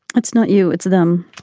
it's not you it's them.